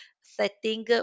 setting